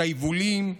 את היבולים,